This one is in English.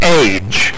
age